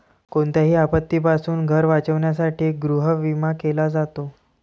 कोणत्याही आपत्तीपासून घर वाचवण्यासाठी गृहविमा केला जातो